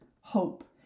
hope